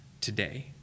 today